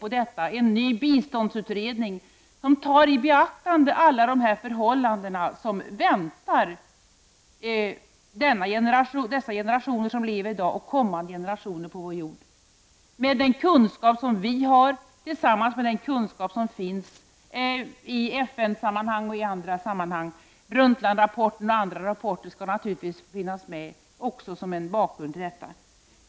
Det behövs en ny biståndsutredning som tar i beaktande alla de förhållanden som nu levande generationer och även kommande generationer har att vänta sig, med tanke på den kunskap som vi har och den kunskap som finns i FN-sammanhang och i andra sammanhang. Brundtlandrapporten och annat skall naturligtvis också finnas med i underlaget för detta arbete.